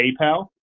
PayPal